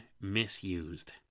misused